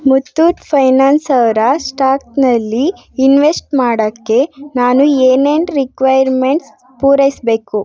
Muthoot finance ಅವರ ಸ್ಟಾಕ್ನಲ್ಲಿ invest ಮಾಡೋಕ್ಕೆ ನಾನು ಏನೇನು ರಿಕ್ವೈರ್ಮೆಂಟ್ಸ್ ಪೂರೈಸಬೇಕು